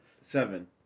seven